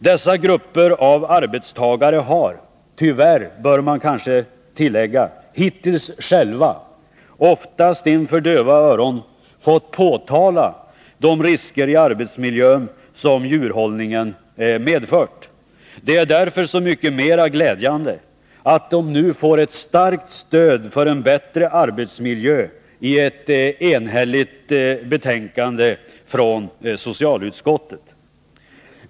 Dessa grupper av arbetstagare har — tyvärr, bör man kanske tillägga — hittills själva, oftast inför döva öron, fått påtala de risker i arbetsmiljön som djurhållningen medfört. Det är därför så mycket mera glädjande att de nu får ett starkt stöd för en bättre arbetsmiljö i ett enhälligt betänkande från socialutskottet.